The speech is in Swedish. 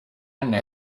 henne